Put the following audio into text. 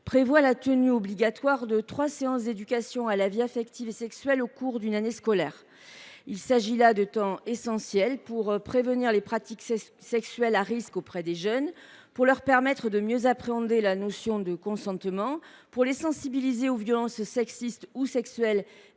prévoit la tenue obligatoire de trois séances d’éducation à la vie affective et sexuelle au cours d’une année scolaire. Ces séances sont essentielles pour prévenir les pratiques sexuelles à risque auprès des jeunes, pour leur permettre de mieux appréhender la notion de consentement et pour les sensibiliser aux violences sexistes ou sexuelles